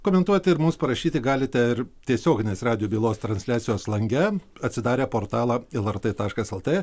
komentuoti ir mums parašyti galite ir tiesioginės radijo bylos transliacijos lange atsidarę portalą lrt taškas lt